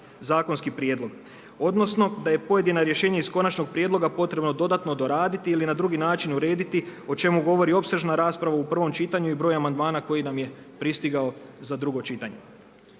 zakonski prijedlog odnosno da je pojedino rješenje iz konačnog prijedloga potrebno dodatno doraditi ili na dru način urediti o čemu govori opsežna rasprava u prvom čitanju i broju amandmana koji nam je pristigao za drugo čitanje.